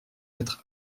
être